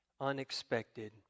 Unexpected